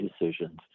decisions